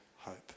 hope